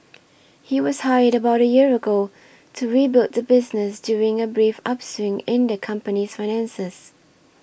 he was hired about a year ago to rebuild the business during a brief upswing in the company's finances